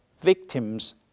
victims